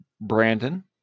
Brandon